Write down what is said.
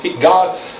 God